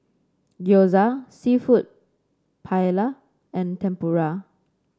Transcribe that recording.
Gyoza seafood Paella and Tempura